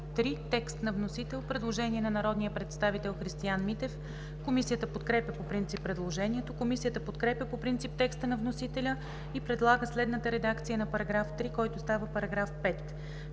По текста на вносителя за § 3 има предложение на народния представител Христиан Митев. Комисията подкрепя по принцип предложението. Комисията подкрепя по принцип текста на вносителя и предлага следната редакция на § 3, който става § 5.